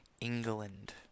England